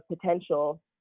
potential